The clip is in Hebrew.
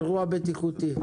אירוע בטיחותי.